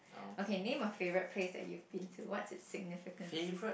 okay name a favourite place that you have been to what's the significance